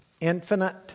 infinite